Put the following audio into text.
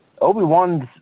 Obi-Wan's